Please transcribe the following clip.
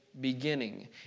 beginning